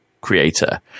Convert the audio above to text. creator